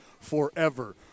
forever